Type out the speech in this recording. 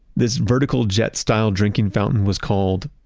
this vertical jet style drinking fountain was called,